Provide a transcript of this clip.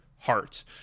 heart